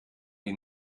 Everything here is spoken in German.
die